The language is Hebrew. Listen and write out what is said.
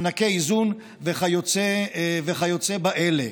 במענקי איזון וכיוצא באלה.